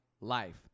life